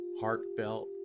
heartfelt